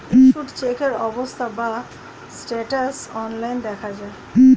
issued চেকের অবস্থা বা স্ট্যাটাস অনলাইন দেখা যায়